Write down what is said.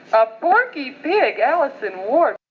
ah porky pig? allison ward!